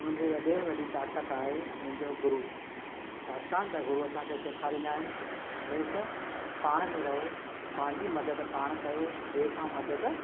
मुंहिंजी वॾे में वॾी ताक़त आहे मुंहिंजो गुरु छाकाणि त गुरु असांखे सेखारींदा आहिनि हमेशह पाण में रहो पंहिंजी मदद पाण करियो ॿिए खां मदद